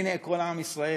הנה, כל עם ישראל.